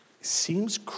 seems